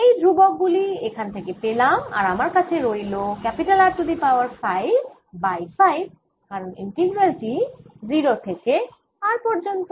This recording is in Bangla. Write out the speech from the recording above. এই ধ্রুবক গুলি এখান থেকে পেলাম আর আমার কাছে রইল R to the power 5 by 5 কারণ ইন্টিগ্রাল টি 0 থেকে R পর্যন্ত